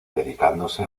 dedicándose